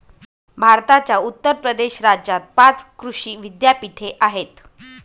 भारताच्या उत्तर प्रदेश राज्यात पाच कृषी विद्यापीठे आहेत